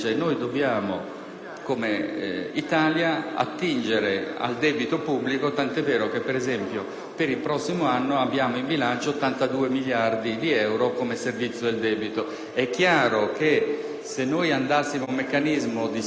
Come Italia, dobbiamo attingere al debito pubblico, tanto è vero che per il prossimo anno abbiamo in bilancio 82 miliardi di euro come servizio del debito. È chiaro che, se andassimo ad un meccanismo di spesa non